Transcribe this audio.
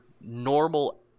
normal